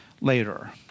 later